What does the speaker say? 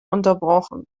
unterbrochen